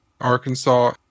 Arkansas